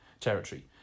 territory